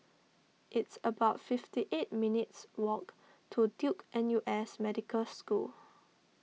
it's about fifty eight minutes' walk to Duke N U S Medical School